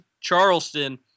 Charleston